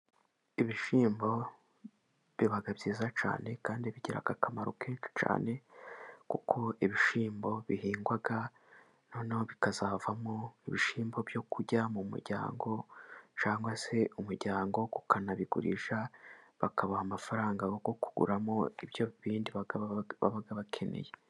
Ibishyimbo biba byiza cyane kandi bigira akamaro kenshi cyane, kuko ibishyimbo bihingwa noneho bikazavamo ibishyimbo byo kurya mu muryango, cyangwa se umuryango ukanabigurisha, bakabaha amafaranga yo kuguramo ibyo bindi baba bakeneye.